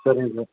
சரிங்க சார்